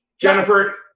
Jennifer